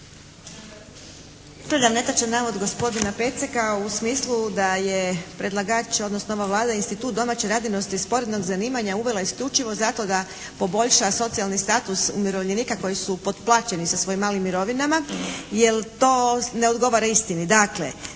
netočan navod gospodina Peceka u smislu da je predlagač odnosno ova Vlada institut domaće radinosti i sporednog zanimanja uvela isključivo zato da poboljša socijalni status umirovljenika koji su potplaćeni sa svojim malim mirovinama, jer to ne odgovara istini.